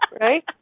right